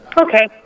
Okay